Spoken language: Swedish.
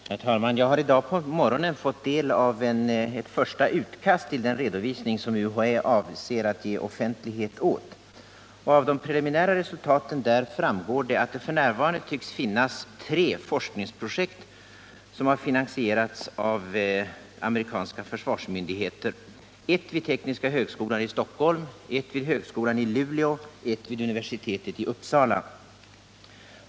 Herr talman! Jag har i dag på morgonen fått del av ett första utkast till den redovisning som UHÄ avser att ge offentlighet åt. Av de preliminära resultaten där framgår det att det f. n. tycks finnas tre forskningsprojekt som har finansierats av amerikanska försvarsmyndigheter: ett vid tekniska högskolan i Stockholm, ett vid högskolan i Luleå och ett vid universitetet i Uppsala.